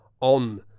on